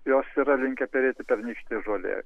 jos yra linkę perėti pernykštėj žolėj